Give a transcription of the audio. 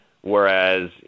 whereas